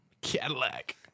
Cadillac